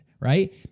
Right